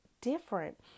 different